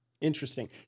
Interesting